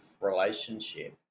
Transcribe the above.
relationship